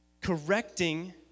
correcting